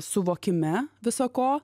suvokime visa ko